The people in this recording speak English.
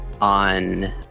on